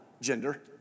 Gender